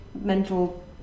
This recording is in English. mental